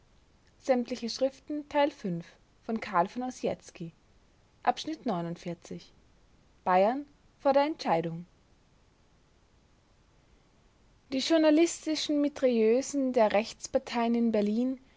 bayern vor der entscheidung die journalistischen mitrailleusen der rechtsparteien in berlin